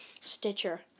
Stitcher